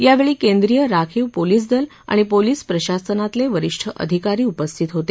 यावेळी केंद्रीय राखीव पोलिस दर आणि पोलिस प्रशासनातले वरिष्ठ अधिकारी उपस्थित होते